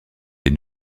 des